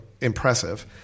impressive